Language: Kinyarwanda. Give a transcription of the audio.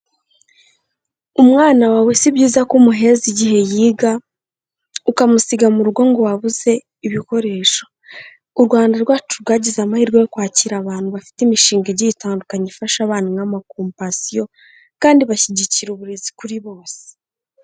Umwana wawe si byiza ko umuheza igihe yiga ukamusiga mu rugo ngo wabuze ibikoresho. U Rwanda rwacu rwagize amahirwe yo kwakira abantu bafite imishinga igiye itandukanye ifasha abana nk'amakompasiyo kandi bashyigikira uburezi kuri bose.